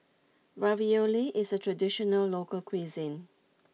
Ravioli is a traditional local cuisine